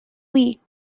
weak